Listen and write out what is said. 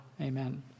Amen